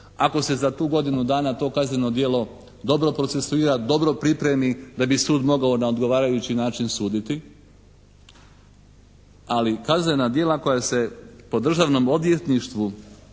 ako se za tu godinu dana to kazneno djelo dobro procesuira, dobro pripremi da bi sud mogao na odgovarajući način suditi, ali kaznena djela koja se po Državnom odvjetništvu